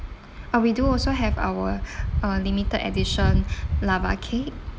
uh we do also have our uh limited edition lava cake